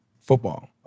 Football